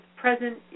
present